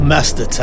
Master